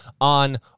on